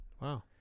Wow